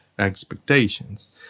expectations